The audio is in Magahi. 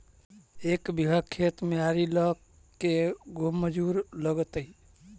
एक बिघा खेत में आरि ल के गो मजुर लगतै?